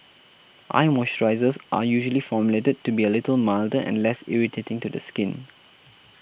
eye moisturisers are usually formulated to be a little milder and less irritating to the skin